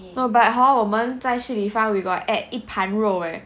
no but hor 我们在 Shi Li Fang we got add 一盘肉 eh